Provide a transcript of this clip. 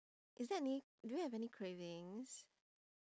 is there any do you have any cravings